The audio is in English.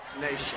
nation